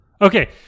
Okay